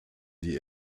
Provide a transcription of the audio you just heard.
die